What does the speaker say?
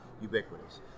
ubiquitous